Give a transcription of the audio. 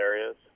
areas